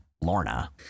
Lorna